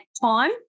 time